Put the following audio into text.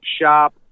shop